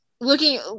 looking